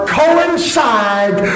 coincide